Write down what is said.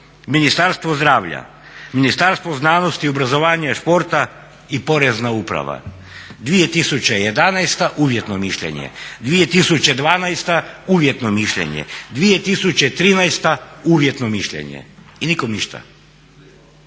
Ministarstvo zdravlja, Ministarstvo znanosti, obrazovanja i sporta i Porezna uprava, 2011. uvjetno mišljenje, 2012. uvjetno mišljenje, 2013. uvjetno mišljenje. I nikom ništa!